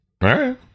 Right